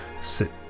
sit